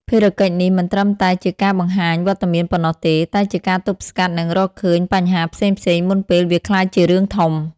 ភារកិច្ចនេះមិនត្រឹមតែជាការបង្ហាញវត្តមានប៉ុណ្ណោះទេ តែជាការទប់ស្កាត់ និងរកឃើញបញ្ហាផ្សេងៗមុនពេលវាក្លាយជារឿងធំ។